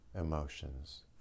emotions